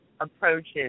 approaches